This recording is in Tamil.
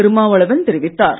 திருமாவளவன் தெரிவித்தார்